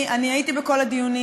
אני הייתי בכל הדיונים,